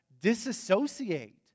disassociate